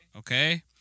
Okay